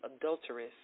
adulteress